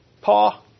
paw